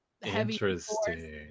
Interesting